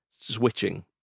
switching